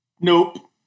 Nope